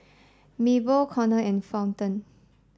Mabel Connor and Fulton